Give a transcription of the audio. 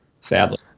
sadly